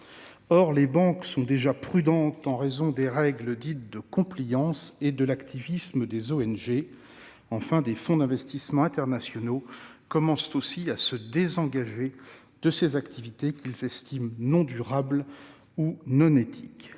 Or les banques sont déjà prudentes en raison des règles dites de et de l'activisme des organisations non gouvernementales (ONG). Enfin, des fonds d'investissement internationaux commencent aussi à se désengager de ces activités, qu'ils estiment non durables ou non éthiques.